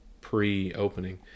pre-opening